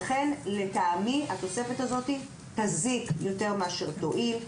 לכן, לטעמי, התוספת הזו תזיק יותר מאשר תועיל.